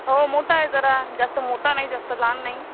हो मोठा आहे जरा जास्त मोठा नाही जास्त लहान नाही